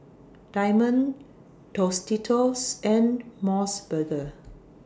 Diamond Tostitos and Mos Burger